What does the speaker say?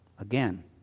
again